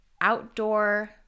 outdoor